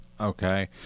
Okay